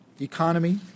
Economy